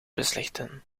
beslechten